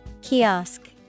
Kiosk